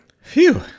Phew